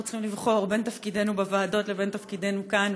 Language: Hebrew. צריכים לבחור בין תפקידינו בוועדות לבין תפקידנו כאן,